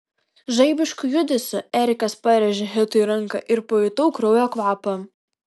žaibišku judesiu erikas perrėžė hitui ranką ir pajutau kraujo kvapą